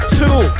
two